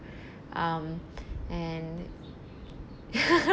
um and